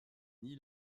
nie